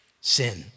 sin